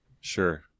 Sure